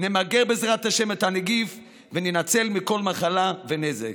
נמגר בעזרת השם את הנגיף ונינצל מכל מחלה ונזק.